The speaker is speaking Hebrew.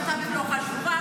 הזירה הבין-לאומית לא חשובה?